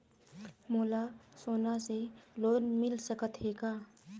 मोला सोना से लोन मिल सकत हे का?